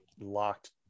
locked